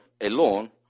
alone